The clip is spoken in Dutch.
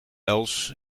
els